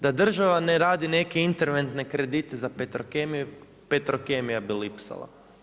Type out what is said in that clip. Da država ne radi neke interventne kredite za Petrokemiju, Petrokemija bi lipsala.